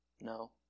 No